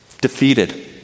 defeated